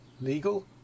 legal